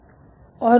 उसने एक वक्र पाया